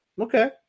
Okay